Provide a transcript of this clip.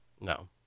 No